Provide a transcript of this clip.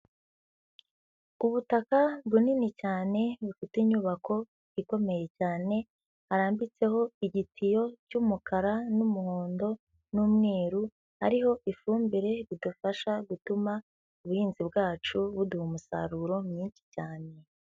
Ubutaka bunini cyane, bufite inyubako ikomeye cyane, harambitseho igitiyo cy'umukara n'umuhondo n'umweru, hariho ifumbire, ridufasha gutuma ubuhinzi bwacu buduha umusaruro mwinshi cyane.